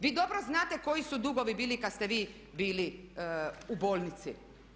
Vi dobro znate koji su dugovi bili kad ste vi bili u bolnici.